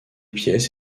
pièces